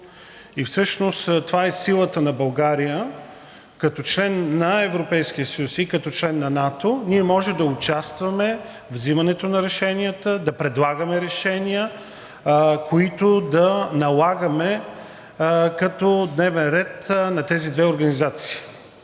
и всъщност това е силата на България. Като член на Европейския съюз и като член на НАТО ние можем да участваме във взимането на решенията, да предлагаме решения, които да налагаме като дневен ред на тези две организации.